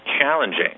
challenging